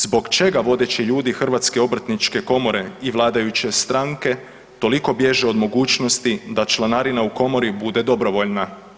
Zbog čega vodeći ljudi Hrvatske obrtničke komore i vladajuće stranke toliko bježe od mogućnosti da članarina u komori bude dobrovoljna?